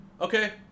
okay